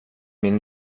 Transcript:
min